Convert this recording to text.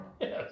Yes